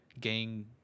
Gang